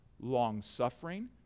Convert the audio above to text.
longsuffering